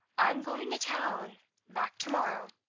i'm going to town back to-morrow.